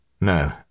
No